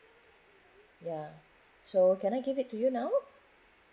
ya so can I give it to you now